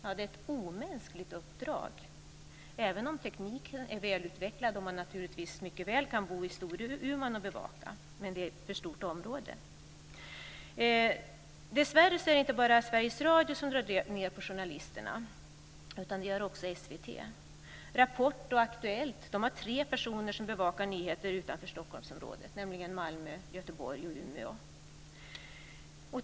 Det är ett omänskligt uppdrag. Visserligen är tekniken välutvecklad, och man kan naturligtvis mycket väl bo i Storuman och bevaka. Men det är ett för stort område. Dessvärre är det inte bara Sveriges Radio som drar ned på journalisterna, utan det gör även SVT. Rapport och Aktuellt har tre personer som bevakar nyheter utanför Stockholmsområdet, nämligen i Malmö, Göteborg och Umeå.